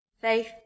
faith